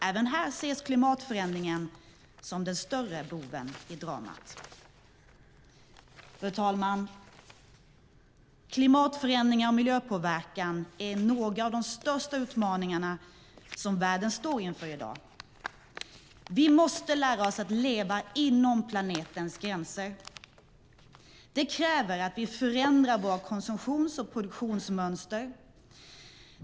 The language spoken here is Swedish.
Även här ses klimatförändringarna som den större boven i dramat. Fru talman! Klimatförändringar och miljöpåverkan är några av de största utmaningarna som världen står inför i dag. Vi måste lära oss att leva inom planetens gränser. Det kräver att vi förändrar våra konsumtions och produktionsmönster.